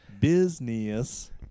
business